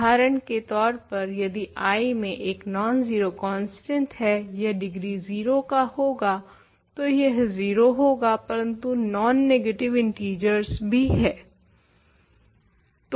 उदहारण के तौर पर यदि I में एक नॉन जीरो कांस्टेंट है यह डिग्री जीरो का होगा तो यह जीरो होगा किन्तु नॉन नेगटिव इन्टिजरस भी हैं